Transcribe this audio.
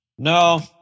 No